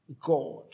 God